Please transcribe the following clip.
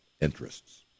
interests